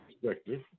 perspective